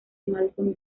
malcolm